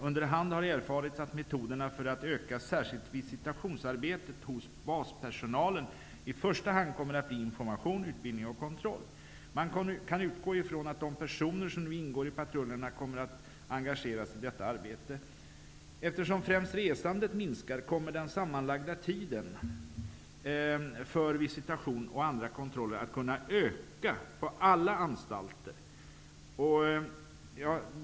Underhand har erfarits att metoden för att öka särskilt visitationsarbetet hos baspersonalen i första hand kommer att bli information, utbildning och kontroll. Man kan utgå från att de personer som nu ingår i patrullerna kommer att engageras i detta arbete, --. Eftersom främst resandet minskar kommer den sammanlagda tiden för visitation och andra kontroller att kunna öka på alla anstalter.''